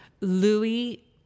Louis